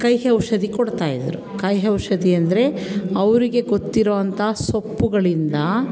ಕಹಿ ಔಷಧಿ ಕೊಡ್ತಾಯಿದ್ರು ಕಹಿ ಔಷಧಿ ಅಂದರೆ ಅವರಿಗೆ ಗೊತ್ತಿರುವಂಥ ಸೊಪ್ಪುಗಳಿಂದ